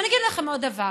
ואני אגיד לכם עוד דבר: